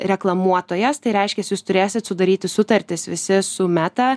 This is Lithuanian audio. reklamuotojas tai reiškias jūs turėsit sudaryti sutartis visi su meta